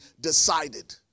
decided